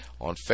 on